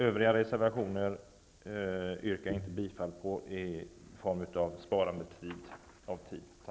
Övriga reservationer yrkar jag för att spara kammarens tid inte bifall till.